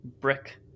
brick